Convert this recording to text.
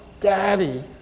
Daddy